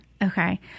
Okay